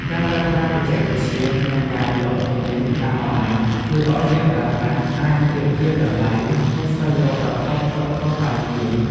ការប្រើប្រាស់បច្ចេកវិទ្យាក្នុងការលក់ទំនិញតាមអនឡាញ ជួយឱ្យអ្នកប្រើប្រាស់អាចប្រៀបធៀបតម្លៃ និងស្វែងរកប្រភពផ្គត់ផ្គង់បានងាយ។